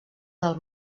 del